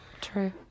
True